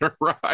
right